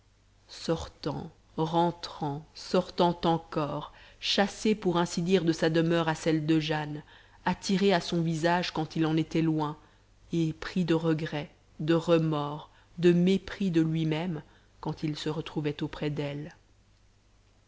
sortant rentrant sortant encore chassé pour ainsi dire de sa demeure à celle de jane attiré à son visage quand il en était loin et pris de regrets de remords de mépris de lui-même quand il se retrouvait auprès d'elle